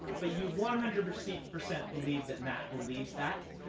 but you one hundred percent percent believe that mat believes that.